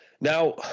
Now